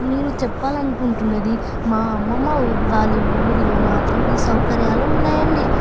నేను చెప్పాలనుకుంటున్నది మా అమ్మమ్మ వాళ్ళ ఊళ్ళో మాత్రం ఈ సౌకర్యాలు ఉన్నాయండి